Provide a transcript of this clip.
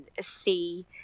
see